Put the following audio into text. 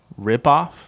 ripoff